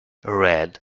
red